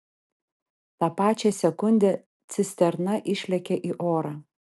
tą pačią sekundę cisterna išlekia į orą